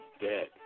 dead